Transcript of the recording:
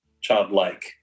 childlike